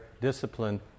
discipline